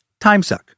timesuck